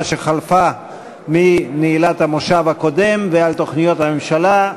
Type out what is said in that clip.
שחלפה מנעילת המושב הקודם ועל תוכניות הממשלה.